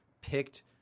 picked